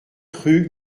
rue